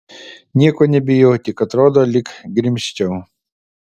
nieko nebijau tik atrodo lyg grimzčiau